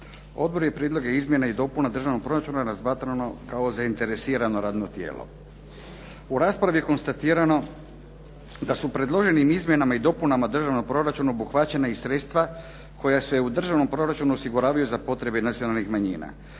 Odbor je Prijedlog izmjene i dopuna Državnog proračuna razmatrao kao zainteresirano radno tijelo. U raspravi je konstatirano da su predloženim izmjenama i dopunama državnog proračuna obuhvaćena i sredstva koja se u državnom proračunu osiguravaju za potrebe nacionalnih manjina.